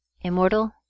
immortal